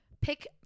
Pick